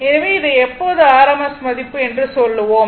எனவே இதை எப்போது rms மதிப்பு என்று சொல்லுவோம்